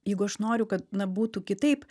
jeigu aš noriu kad na būtų kitaip